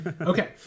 Okay